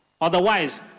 Otherwise